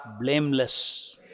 blameless